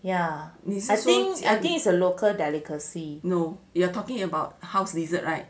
ya I think it is a local delicacy